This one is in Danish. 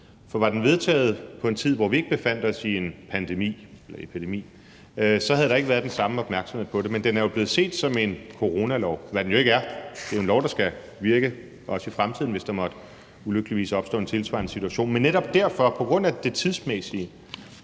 For var den vedtaget i en tid, hvor vi ikke befandt os i en pandemi, havde der ikke været den samme opmærksomhed på det. Men den er blevet set som en coronalov, hvad den jo ikke er – det er en lov, der skal virke også i fremtiden, hvis der ulykkeligvis måtte opstå en tilsvarende situation. Men netop derfor – på grund af det tidsmæssige